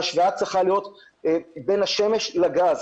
ההשוואה צריכה להיות בין השמש לגז,